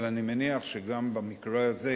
אבל אני מניח שגם במקרה הזה,